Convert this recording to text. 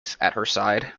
side